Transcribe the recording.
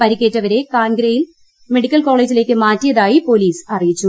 പരിക്കേറ്റവരെ കാൻഗ്രയിലെ മെഡിക്കൽ കോളേജിലേക്ക് മാറ്റിയതായി പോലീസ് അറിയിച്ചു